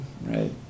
right